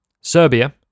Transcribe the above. serbia